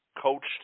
coached